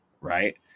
right